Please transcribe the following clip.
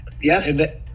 Yes